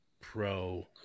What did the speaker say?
Pro